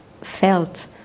felt